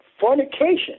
fornication